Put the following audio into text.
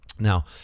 Now